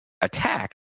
attack